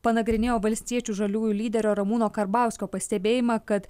panagrinėjo valstiečių žaliųjų lyderio ramūno karbauskio pastebėjimą kad